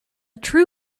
true